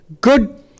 good